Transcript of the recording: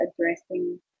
addressing